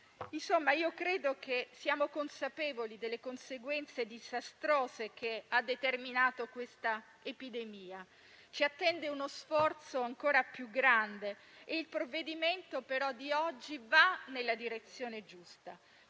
Insomma, credo che siamo consapevoli delle conseguenze disastrose che ha determinato questa epidemia. Ci attende uno sforzo ancora più grande, e il provvedimento di oggi va nella direzione giusta.